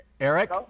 Eric